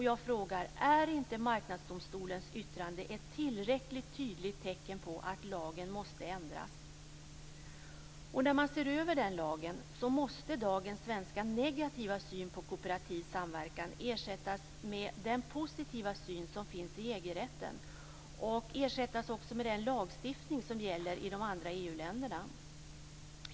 Jag undrar: Är inte Marknadsdomstolens yttrande ett tillräckligt tydligt tecken på att lagen måste ändras? När man ser över den lagen måste dagens svenska negativa syn på kooperativ samverkan ersättas med den positiva syn som finns i EG-rätten och med den lagstiftning som gäller i de andra EU-länderna.